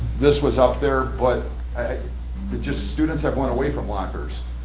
this was up there, but but just students have went away from lockers.